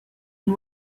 and